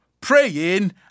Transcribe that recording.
praying